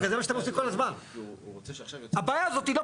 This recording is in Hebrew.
הרי זה מה שאתם עושים כל הזמן.